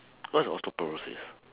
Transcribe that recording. what's osteoporosis